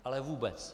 Ale vůbec.